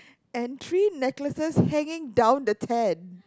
and three necklaces hanging down the tent